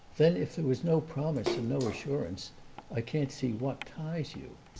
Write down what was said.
then if there was no promise and no assurance i can't see what ties you.